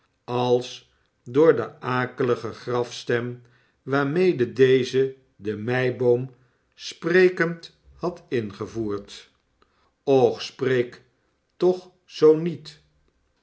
als door de akelige grafstem waarmede deze denmeiboom sprekend had ingevoerd och spreek toch zoo niet